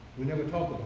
we never talked